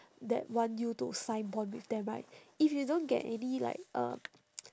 that want you to sign bond with them right if you don't get any like uh